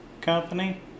company